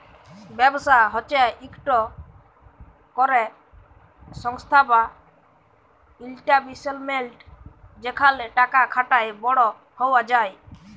ব্যবসা হছে ইকট ক্যরে সংস্থা বা ইস্টাব্লিশমেল্ট যেখালে টাকা খাটায় বড় হউয়া যায়